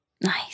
Nice